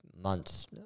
months